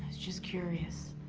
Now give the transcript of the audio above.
just curious.